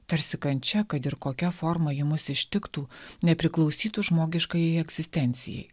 tarsi kančia kad ir kokia forma ji mus ištiktų nepriklausytų žmogiškajai egzistencijai